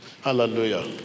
Hallelujah